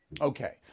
Okay